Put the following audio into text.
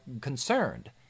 concerned